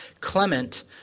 Clement